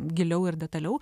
giliau ir detaliau